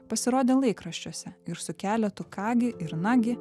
pasirodė laikraščiuose ir su keletu ką gi ir nagi